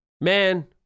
Man